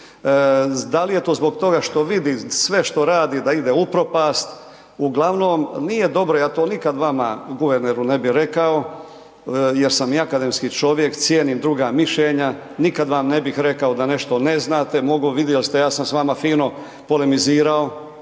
da li je to zbog toga što vidi sve što radi da ide u propast? Uglavnom, nije dobro, ja to nikad vama guverneru rekao jer sam i akademski čovjek, cijenim druga mišljenja, nikad vam ne bih rekao da nešto ne znate. Vidjeli ste ja sam s vama fino polemizirao,